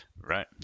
right